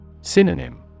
Synonym